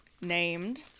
named